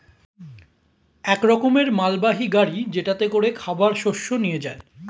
এক রকমের মালবাহী গাড়ি যেটাতে করে খাবার শস্য নিয়ে যায়